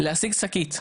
להשיג שקית,